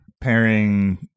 Pairing